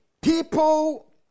people